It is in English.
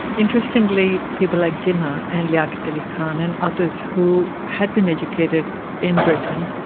interestingly, people like jinnah and liaquat ali khan and others who had been educated in britain,